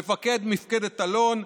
מפקד מפקדת אלון,